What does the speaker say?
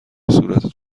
صورتت